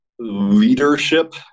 leadership